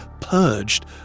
purged